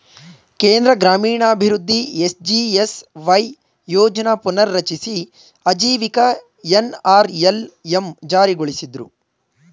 ಕೇಂದ್ರ ಗ್ರಾಮೀಣಾಭಿವೃದ್ಧಿ ಎಸ್.ಜಿ.ಎಸ್.ವೈ ಯೋಜ್ನ ಪುನರ್ರಚಿಸಿ ಆಜೀವಿಕ ಎನ್.ಅರ್.ಎಲ್.ಎಂ ಜಾರಿಗೊಳಿಸಿದ್ರು